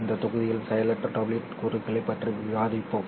இன்றைய தொகுதியில் செயலற்ற WDM கூறுகளைப் பற்றி விவாதிப்போம்